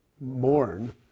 mourn